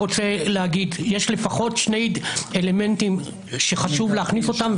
אני רוצה להגיד: יש לפחות שני אלמנטים שחשוב להכניס אותם,